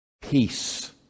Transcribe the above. peace